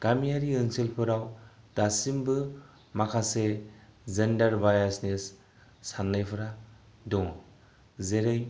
गामियारि ओनसोलफोराव दासिमबो जेनदार बायास नि साननायफोरा दङ जेरै